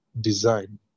design